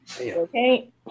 Okay